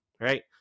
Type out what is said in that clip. right